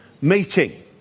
meeting